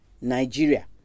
Nigeria